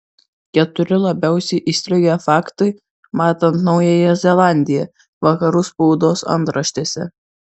keturi labiausiai įstrigę faktai matant naująją zelandiją vakarų spaudos antraštėse